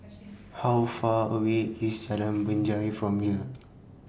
How Far away IS Jalan Binjai from here